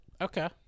Okay